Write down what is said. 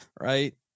right